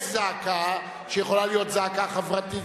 יש זעקה שיכולה להיות זעקה חברתית,